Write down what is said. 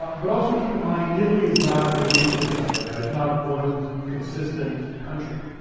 but also keep in mind, italy is not a nation state right now. it's not one consistent country.